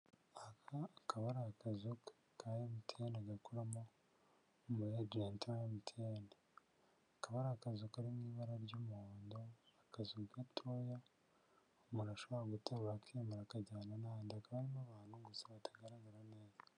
Aka akaba ari akazu ka MTN gakoramo umu agenti kakaba ari akazu kari mu ibara ry'umuhondo, akazu gatoya umuntu ashobora guteru akakimura akajyana n'ahandi kandi n'abantu gusa batagaragara neza.